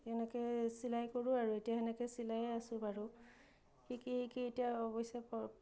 সেনেকৈ চিলাই কৰোঁ আৰু এতিয়া সেনেকৈ চিলায়ে আছোঁ বাৰু শিকি শিকি এতিয়া অৱশ্যে